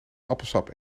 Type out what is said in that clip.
appelsap